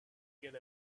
get